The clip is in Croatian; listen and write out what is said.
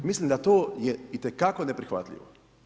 Mislim da to je itekako neprihvatljivo.